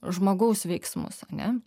žmogaus veiksmus ar ne